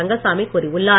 ரங்கசாமி கூறியுள்ளார்